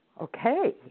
Okay